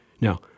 Now